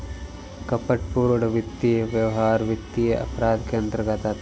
कपटपूर्ण वित्तीय व्यवहार वित्तीय अपराध के अंतर्गत आता है